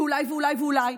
ואולי ואולי ואולי,